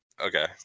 Okay